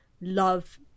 love